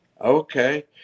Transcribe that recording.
Okay